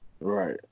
Right